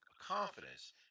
confidence